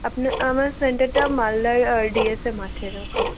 আপনি আমার সেন্টারটা মালদার ডিএসএ মাঠের ওখানে